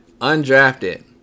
Undrafted